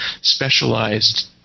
specialized